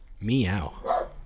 meow